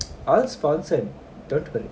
I will sponsored dont worry